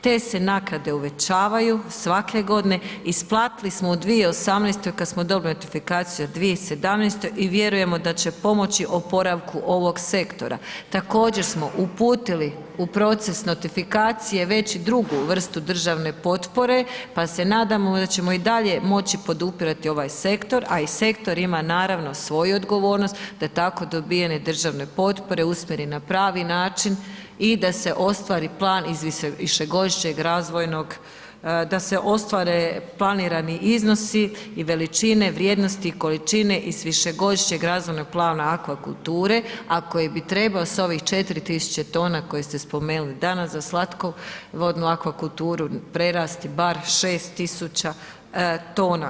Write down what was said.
Te se naknade uvećavaju, svake godine, isplatili smo u 2018. kad smo dobili notifikaciju u 2017. i vjerujemo da će pomoći oporavku ovoga sektora, također smo uputili u proces notifikacije već drugu vrstu državne potpore pa se nadamo da ćemo i dalje moći podupirati ovaj sektor a i sektor ima naravno svoju odgovornost da tako dobivene državne potpore usmjeri na pravi način i da se ostvari iz višegodišnjeg razvojnog, da ostvare planirani iznosi i veličine vrijednosti količine iz višegodišnjeg razvojnog plana akvakulture a koji bi trebao sa ovih 4000 tona koji ste spomenuli danas za slatkovodnu akvakulturu, prerasti bar 6000 tona.